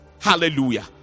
Hallelujah